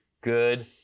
good